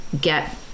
get